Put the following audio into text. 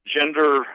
gender